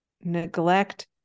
neglect